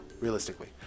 realistically